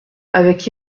avec